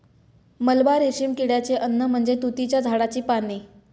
मलबा रेशीम किड्याचे अन्न म्हणजे तुतीच्या झाडाची पाने